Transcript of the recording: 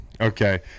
Okay